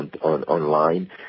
online